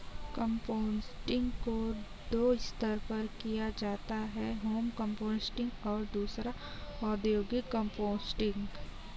composting को दो स्तर पर किया जाता है होम कंपोस्टिंग और दूसरा औद्योगिक कंपोस्टिंग